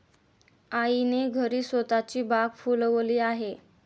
आईने घरीच स्वतःची बाग फुलवली आहे